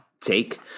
take